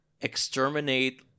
exterminate